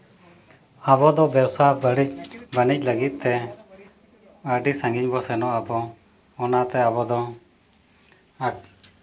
ᱟᱵᱚᱫᱚ ᱵᱮᱵᱽᱥᱟ ᱵᱟᱹᱱᱤᱡ ᱞᱟᱹᱜᱤᱫᱛᱮ ᱟᱹᱰᱤ ᱥᱟᱺᱜᱤᱧ ᱵᱚᱱ ᱥᱮᱱᱚᱜ ᱟᱵᱚ ᱚᱱᱟᱛᱮ ᱟᱵᱚᱫᱚ ᱟᱴ